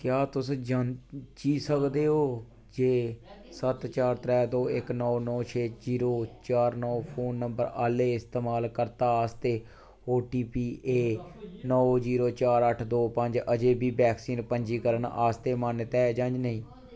क्या तुस जांची सकदे ओ जे सत्त चार त्रे दो इक नौ नौ छे जीरो चार नौ फोन नंबर आह्ले इस्तमालकर्ता आस्तै ओ टी पी ऐ नौ जीरो चार अठ्ठ दो पंज अजें बी वैक्सीन पंजीकरण आस्तै मानता ऐ जां नेईं